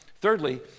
Thirdly